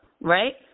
right